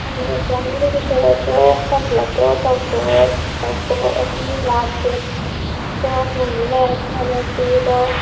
ꯎꯝ ꯑꯦꯛꯖꯥꯝꯕꯨꯗꯤ ꯀꯩꯁꯨ ꯅꯠꯇꯦ ꯐꯣꯔꯝ ꯐꯤꯜ ꯂꯞꯇꯣ ꯇꯧꯊꯣꯛꯑꯁꯤ ꯂꯥꯁ ꯗꯦꯠꯇꯣ ꯌꯧꯗ꯭ꯔꯤꯉꯩ ꯆꯠꯂꯁꯤ ꯑꯗꯣ